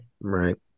Right